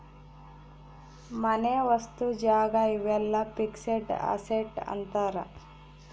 ಮನೆ ವಸ್ತು ಜಾಗ ಇವೆಲ್ಲ ಫಿಕ್ಸೆಡ್ ಅಸೆಟ್ ಅಂತಾರ